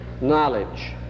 knowledge